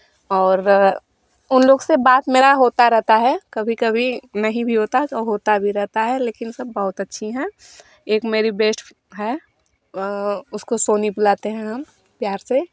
और व उन लोग से बात मेरा होता रहता है कभी कभी नहीं भी होता तो होता भी रहता है लेकिन सब बहुत अच्छी हैं एक मेरी बेस्ट फ्रेंड है उसको सोनी बुलाते हैं हम प्यार से